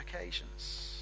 occasions